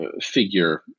figure